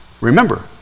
remember